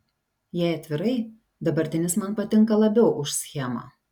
jei atvirai dabartinis man patinka labiau už schemą